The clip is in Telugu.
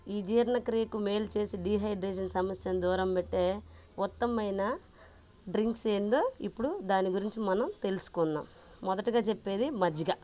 ఈ జీర్ణక్రియకు మేలు చేసి డిహైడ్రేషన్ సమస్యను దూరం పెట్టే ఉత్తమైన డ్రింక్స్ ఏందో ఇప్పుడు దాని గురించి మనం తెలుసుకుందాం మొదటగా చెప్పేది మజ్జిగ